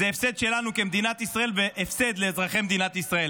זה הפסד שלנו כמדינת ישראל והפסד לאזרחי מדינת ישראל.